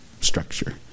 structure